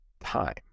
time